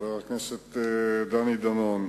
חבר הכנסת דני דנון,